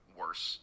worse